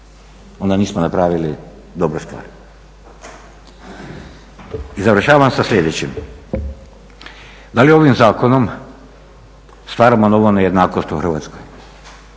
onda nismo napravili dobru stvar. I završavam sa sljedećim, da li ovim zakonom stvaramo novu nejednakost u Hrvatskoj?